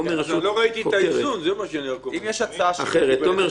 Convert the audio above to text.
הרי מה אנחנו מדברים, כשיש לנו דגימת דנ"א מזירת